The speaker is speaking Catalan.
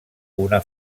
una